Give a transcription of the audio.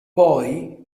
poi